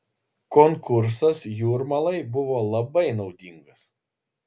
konkursas jūrmalai buvo labai naudingas